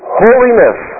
holiness